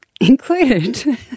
included